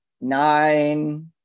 nine